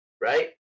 right